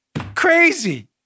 Crazy